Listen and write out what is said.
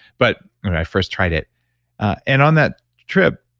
but when i first tried it and on that trip,